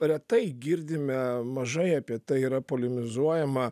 retai girdime mažai apie tai yra polemizuojama